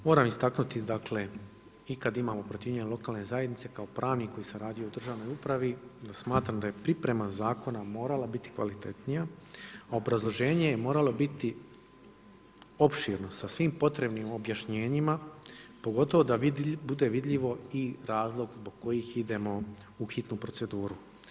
Moram istaknuti i kada imamo protivljenje lokalne zajednice kao pravnik koji sam radio u državnoj pravi onda smatram da je priprema zakona morala biti kvalitetnija, a obrazloženje je moralo biti opširno sa svim potrebnim objašnjenjima pogotovo da bude vidljivo i razlog zbog kojih idemo u hitnu proceduru.